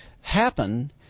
happen